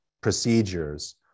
procedures